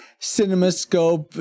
cinemascope